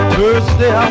Thursday